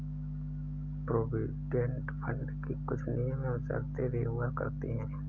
provident fund की कुछ नियम एवं शर्तें भी हुआ करती हैं